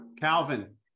Calvin